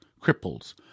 cripples